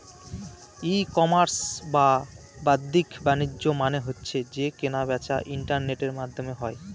ই commerce বা বাদ্দিক বাণিজ্য মানে হচ্ছে যে কেনা বেচা ইন্টারনেটের মাধ্যমে হয়